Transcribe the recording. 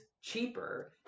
cheaper